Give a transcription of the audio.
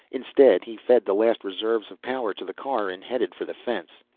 instead he fed the last reserves of power to the car and headed for the fence.